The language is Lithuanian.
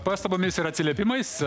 pastabomis ir atsiliepimais